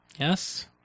Yes